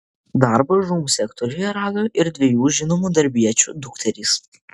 darbą žūm sektoriuje rado ir dviejų žinomų darbiečių dukterys